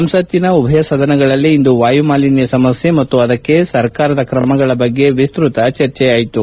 ಸಂಸತ್ತಿನ ಉಭಯ ಸದನಗಳಲ್ಲಿ ಇಂದು ವಾಯುಮಾಲಿನ್ನ ಸಮಸ್ನೆ ಮತ್ತು ಅದಕ್ಷೆ ಸರ್ಕಾರದ ಕ್ರಮಗಳ ಬಗ್ಗೆ ವಿಸ್ತತ ಚರ್ಚೆಯಾಯಿತು